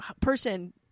person